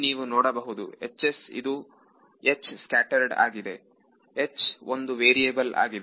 ಇಲ್ಲಿ ನೀವು ನೋಡಬಹುದು ಇದು H ಸ್ಕ್ಯಾಟರೆಡ್ ಆಗಿದೆH ಇದು ಒಂದು ವೇರಿಯೇಬಲ್ ಆಗಿದೆ